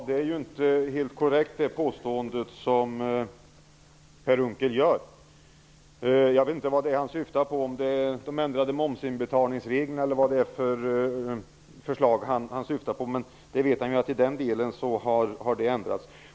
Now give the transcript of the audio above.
Herr talman! Det påstående Per Unckel gör är inte helt korrekt. Jag vet inte vad han syftar på för förslag. Det kanske är de ändrade reglerna för inbetalning av moms.